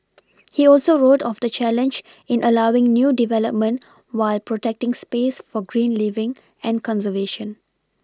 he also wrote of the challenge in allowing new development while protecting space for green living and conservation